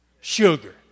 Sugar